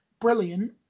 Brilliant